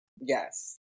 Yes